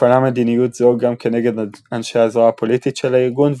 הופעלה מדיניות זו גם כנגד אנשי הזרוע הפוליטית של הארגון,